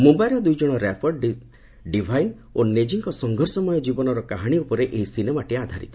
ମୁମ୍ୟାଇର ଦ୍ରଇଜଣ rapper Divine ଓ ନେଜିଙ୍କ ସଂଘର୍ଷମୟ ଜୀବନର କାହାଣୀ ଉପରେ ଏହି ସିନେମାଟି ଆଧାରିତ